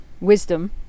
wisdom